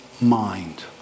mind